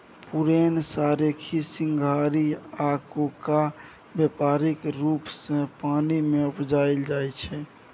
पुरैण, सोरखी, सिंघारि आ कोका बेपारिक रुप सँ पानि मे उपजाएल जाइ छै